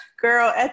Girl